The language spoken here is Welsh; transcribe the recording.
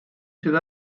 sydd